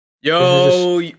yo